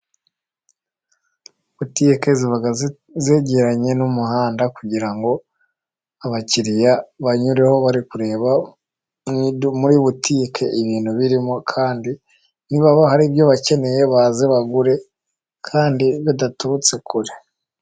Butike ziba zegeranye n'umuhanda, kugira ngo abakiriya banyureho bari kureba muri butiqke ibintu birimo, kandi niba hari ibyo bakeneye baze bagure, kandi bidaturutse kure.